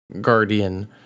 guardian